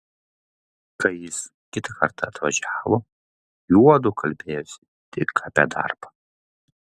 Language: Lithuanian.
kai jis kitą kartą atvažiavo juodu kalbėjosi tik apie darbą